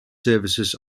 services